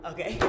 Okay